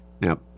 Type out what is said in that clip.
Now